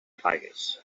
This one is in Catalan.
pagues